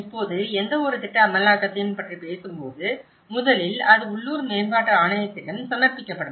இப்போது எந்தவொரு திட்ட அமலாக்கத்தையும் பற்றி நாம் பேசும்போது முதலில் அது உள்ளூர் மேம்பாட்டு ஆணையத்திடம் சமர்ப்பிக்கப்படும்